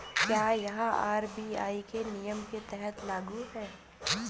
क्या यह आर.बी.आई के नियम के तहत लागू है?